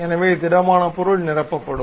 எனவே திடமான பொருள் நிரப்பப்படும்